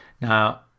now